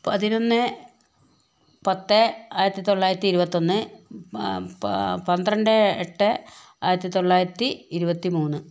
പതിനൊന്ന് പത്ത് ആയിരത്തി തൊള്ളായിരത്തി ഇരുപത്തി ഒണ്ണ് പന്ത്രണ്ട് എട്ട് ആയിരത്തി തൊള്ളായിരത്തി ഇരുപത്തി മൂന്ന്